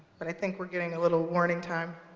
but i think we're getting a little warning time.